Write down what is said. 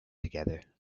together